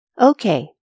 Okay